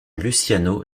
luciano